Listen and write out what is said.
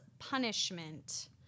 punishment